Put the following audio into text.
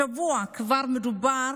השבוע מדובר